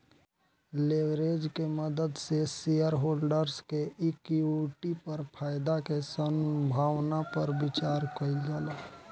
leverage के मदद से शेयरहोल्डर्स के इक्विटी पर फायदा के संभावना पर विचार कइल जाला